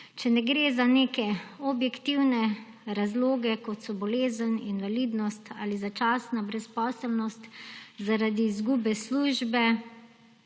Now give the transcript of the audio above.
Če ne gre za neke objektivne razloge, kot so bolezen, invalidnost ali začasna brezposelnost zaradi izgube službe,